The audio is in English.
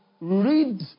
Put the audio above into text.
read